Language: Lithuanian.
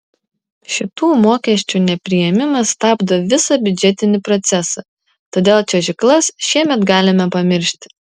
šitų mokesčių nepriėmimas stabdo visą biudžetinį procesą todėl čiuožyklas šiemet galime pamiršti